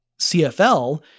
CFL